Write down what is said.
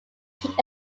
kick